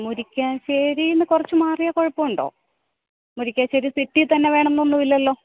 മുരിക്കാശേരിയില്നിന്നു കുറച്ചു മാറിയാൽ കുഴപ്പമുണ്ടോ മുരിക്കാശേരി സിറ്റിയില്ത്തന്നെ വേണമെന്നൊന്നുമില്ലല്ലോ